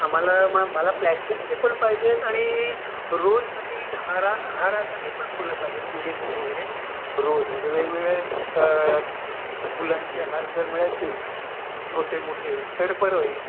आम्हाला मा मला प्लॅस्टिकची पण पाहिजेत आणि रोजसाठी हारा हारासाठी पण फुलं पाहिजेत पूजेसाठी वगैरे रोज म्हणजे वेगवेगळे फुलांचे हार जर मिळतील छोटे मोठे तर बरं होईल